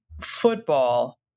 football